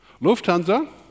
Lufthansa